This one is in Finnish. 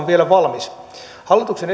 vielä valmis hallituksen